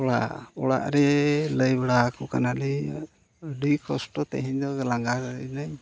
ᱚᱲᱟᱜ ᱚᱲᱟᱜ ᱨᱮ ᱞᱟᱹᱭ ᱵᱟᱲᱟ ᱟᱠᱚ ᱠᱟᱱᱟᱞᱤᱧ ᱟᱹᱰᱤ ᱠᱚᱥᱴᱚ ᱛᱮᱦᱮᱧ ᱫᱚ ᱞᱟᱸᱜᱟᱭᱮᱱᱟᱹᱧ